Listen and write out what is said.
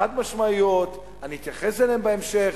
חד-משמעיות, ואני אתייחס אליהן בהמשך.